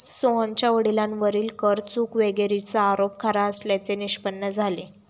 सोहनच्या वडिलांवरील कर चुकवेगिरीचा आरोप खरा असल्याचे निष्पन्न झाले